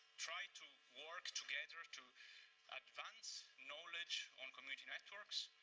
try to work together ah to advance knowledge on community networks.